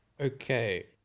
Okay